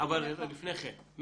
לפני כן,